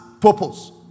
purpose